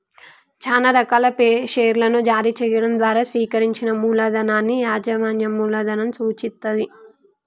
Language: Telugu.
చానా రకాల షేర్లను జారీ చెయ్యడం ద్వారా సేకరించిన మూలధనాన్ని యాజమాన్య మూలధనం సూచిత్తది